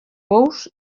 pous